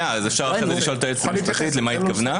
אפשר אחר כך לשאול את היועצת המשפטית למה היא התכוונה.